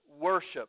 worship